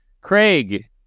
Craig